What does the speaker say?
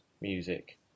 music